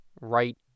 right